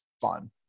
fun